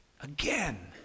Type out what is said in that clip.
again